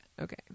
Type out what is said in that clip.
Okay